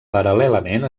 paral·lelament